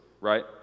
right